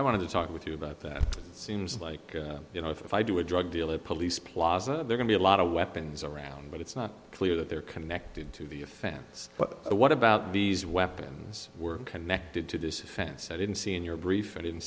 i want to talk with you about that seems like you know if i do a drug dealer police plaza there can be a lot of weapons around but it's not clear that they're connected to the offense but what about these weapons were connected to this offense i didn't see in your brief